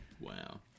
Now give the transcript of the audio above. Wow